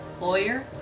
lawyer